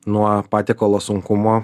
nuo patiekalo sunkumo